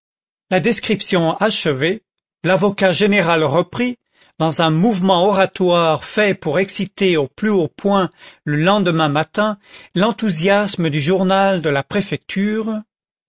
la description achevée l'avocat général reprit dans un mouvement oratoire fait pour exciter au plus haut point le lendemain matin l'enthousiasme du journal de la préfecture